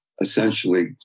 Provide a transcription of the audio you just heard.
essentially